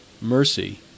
mercy